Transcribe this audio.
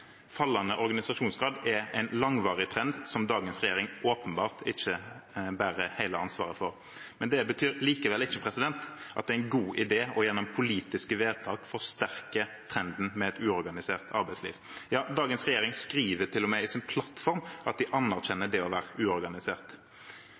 Fallende organisasjonsgrad er en langvarig trend som dagens regjering åpenbart ikke bærer hele ansvaret for, men det betyr likevel ikke at det er en god idé gjennom politiske vedtak å forsterke trenden med et uorganisert arbeidsliv. Dagens regjering skriver til og med i sin plattform at de